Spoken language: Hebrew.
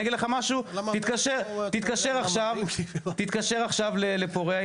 אני אגיד לך משהו: תתקשר עכשיו לפוריה,